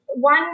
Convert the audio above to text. One